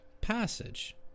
passage